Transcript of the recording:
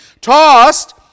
Tossed